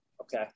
Okay